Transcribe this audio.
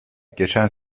geçen